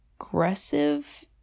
aggressive